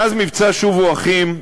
מאז מבצע "שובו אחים",